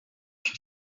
did